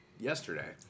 yesterday